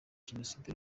jenoside